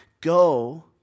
go